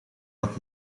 dat